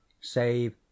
save